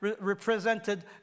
represented